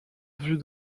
vue